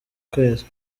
kwezi